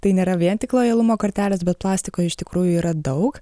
tai nėra vien tik lojalumo kortelės bet plastiko iš tikrųjų yra daug